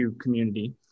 community